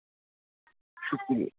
شکریہ